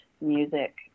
music